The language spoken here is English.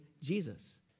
Jesus